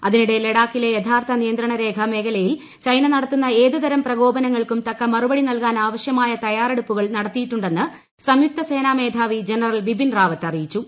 അതിനിടെ ലഡാക്കിലെ യഥാർത്ഥ നിയന്ത്രണരേഖ മേഖലയിൽ ചൈന നടത്തുന്ന ഏതുതരം പ്രകോപനങ്ങൾക്കും തക്ക മറുപടി നൽകാൻ ആവശ്യമായ തയ്യാറെടുപ്പുകൾ നടത്തിയിട്ടുണ്ടെന്ന് സംയുക്ത സേനാ മേധാവി ജനറൽ ബിപിൻ റാവത്ത് അറിയിച്ചു